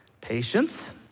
patience